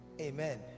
Amen